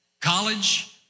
college